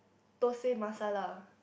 thosai masala